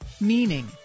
Meaning